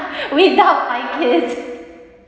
without my kids